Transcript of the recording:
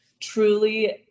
truly